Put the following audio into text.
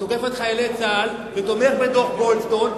ותוקף את חיילי צה"ל ותומך בדוח גולדסטון,